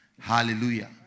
Hallelujah